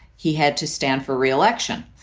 he had to stand for re-election.